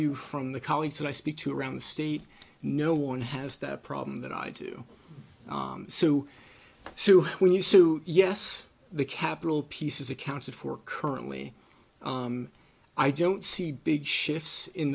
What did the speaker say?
you from the colleagues that i speak to around the state no one has that problem that i do so so when you so yes the capital pieces accounted for currently i don't see big shifts in